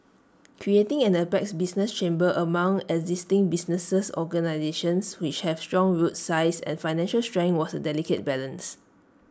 creating an apex business chamber among existing businesses organisations which have strong roots size and financial strength was delicate business